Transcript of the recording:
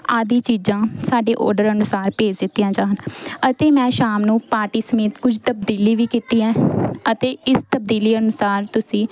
ਆਦਿ ਚੀਜ਼ਾਂ ਸਾਡੇ ਔਰਡਰ ਅਨੁਸਾਰ ਭੇਜ ਦਿੱਤੀਆਂ ਜਾਣ ਅਤੇ ਮੈਂ ਸ਼ਾਮ ਨੂੰ ਪਾਰਟੀ ਸਮੇਤ ਕੁਝ ਤਬਦੀਲੀ ਵੀ ਕੀਤੀ ਹੈ ਅਤੇ ਇਸ ਤਬਦੀਲੀ ਅਨੁਸਾਰ ਤੁਸੀਂ